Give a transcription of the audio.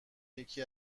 یکی